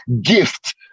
gift